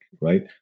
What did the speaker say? right